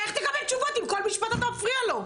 איך תקבל תשובות אם כל משפט אתה מפריע לו?